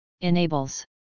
enables